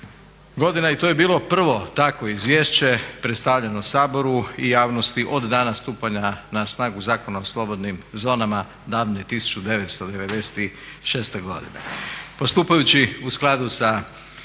godina i to je bilo prvo takvo izvješće predstavljeno Saboru i javnosti od dana stupanja na snagu Zakona o slobodnim zonama davne 1996. godine.